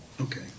Okay